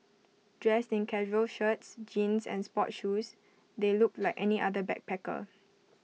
dressed in casual shirts jeans and sports shoes they looked like any other backpacker